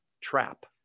trap